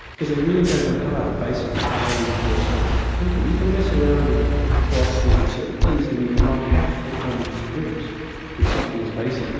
because they really go to the heart of basic ways of philosophical thinking. you can mess around in philosophy with certain things and you will not have to come to grips with something as basic,